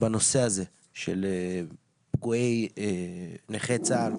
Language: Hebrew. בנושא הזה של פגועי ונכי צה"ל.